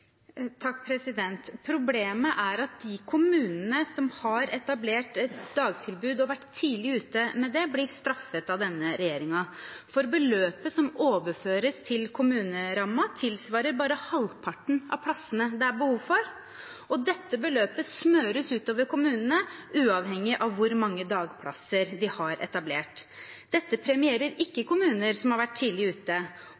Problemet er at de kommunene som har etablert et dagtilbud og vært tidlig ute med det, blir straffet av denne regjeringen, for beløpet som overføres til kommunerammen, tilsvarer bare halvparten av plassene det er behov for, og dette beløpet smøres utover kommunene uavhengig av hvor mange dagplasser de har etablert. Dette premierer